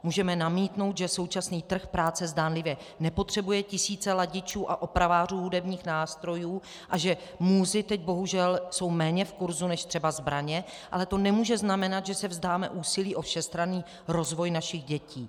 Můžeme namítnout, že současný trh práce zdánlivě nepotřebuje tisíce ladičů a opravářů hudebních nástrojů a že múzy teď, bohužel, jsou méně v kurzu než třeba zbraně, ale to nemůže znamenat, že se vzdáme úsilí o všestranný rozvoj našich dětí.